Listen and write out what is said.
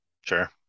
Sure